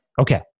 Okay